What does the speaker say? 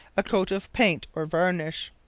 a coat of paint, or varnish.